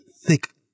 thick